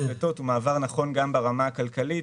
פליטות הוא מעבר נכון גם ברמה הכלכלית,